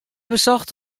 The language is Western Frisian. besocht